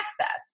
access